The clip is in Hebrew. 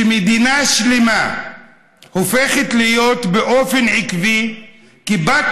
מדינה שלמה הופכת להיות באופן עקבי כבת